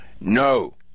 no